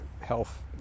Health